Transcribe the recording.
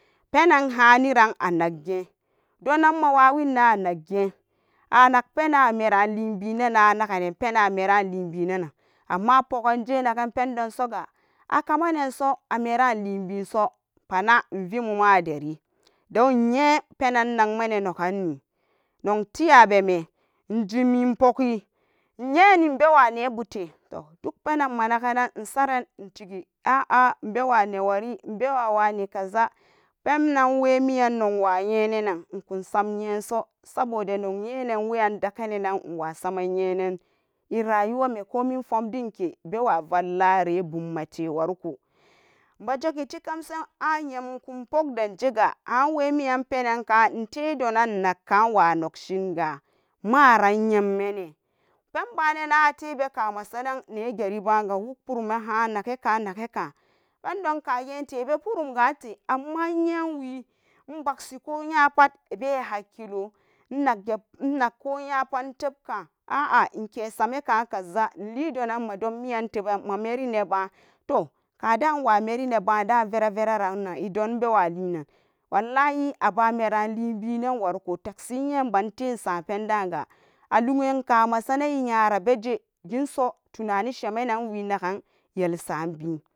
Penan haniran anak ge donak mawawe anagen ank penanameralibinan anake ne amma pulasinakan pen akamanan so pana invet mama deri donyen penan namanegani den nok teyabeme dolapennan manag insaran a a mmbawa nawari imbewa newari nmbawa wane kaza innowemennola wanyanan unkun sam nyenan so noknyen en dakenan nola arayuwami komin formdinke bewavallari abumma wari ko nmba zage nkem sen apukdan sego and wemin yan penanka inte donanka wanok shinga maran nyemmen pembanan alebaka ilegete baga wokpor rumbete han azereba wo naka nagaka pendom isagen lepe gale ammar iyenwe pakshi ko nyapat pehakilo innak ko nko nyapa inlepkan ara nuke samaka inle donami nyan teban mamarin iteban to kadan wameri gerane baan dann vera vrea rangan bunbewa lenan abanmeran leben a wariko apanda ga kamasaran dem so tunanin an shemanan we nagan yelsabin.